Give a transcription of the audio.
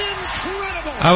Incredible